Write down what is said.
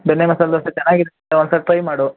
ಬೆಣ್ಣೆ ಮಸಾಲೆ ದೋಸೆ ಚೆನ್ನಾಗಿರುತ್ತೆ ಒಂದ್ಸಲ ಟ್ರೈ ಮಾಡು